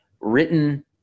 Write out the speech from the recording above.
written